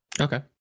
Okay